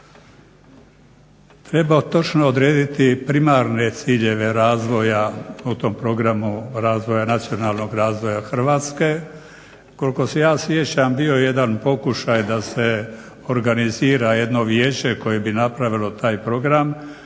Treba točno odrediti primarne ciljeve razvoja u tom programu razvoja nacionalnog razvoja Hrvatske. Koliko se ja sjećam bio je jedan pokušaj da se organizira jedno vijeće koje bi napravilo taj program,